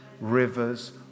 rivers